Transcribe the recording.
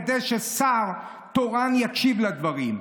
כדי ששר תורן יקשיב לדברים.